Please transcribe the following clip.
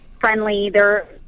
friendly—they're